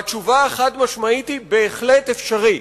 והתשובה החד-משמעית היא: בהחלט אפשרי.